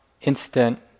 instant